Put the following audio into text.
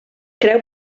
creu